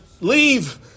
leave